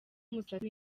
umusatsi